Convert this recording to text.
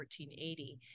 1480